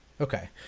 Okay